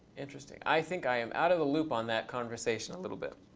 interesting. i think i am out of the loop on that conversation a little bit.